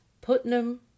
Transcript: Putnam